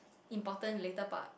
important later part